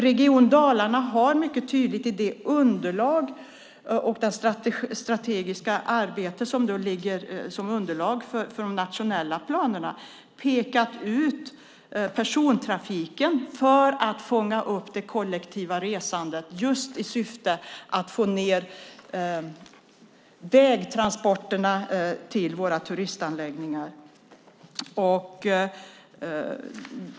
Region Dalarna har mycket tydligt i det underlag och det strategiska arbete som ligger som underlag för de nationella planerna pekat ut persontrafiken för att fånga upp det kollektiva resandet i syfte att minska vägtransporterna till våra turistanläggningar.